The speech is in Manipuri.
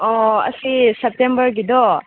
ꯑꯣ ꯑꯁꯤ ꯁꯦꯞꯇꯦꯝꯕꯔꯒꯤꯗꯣ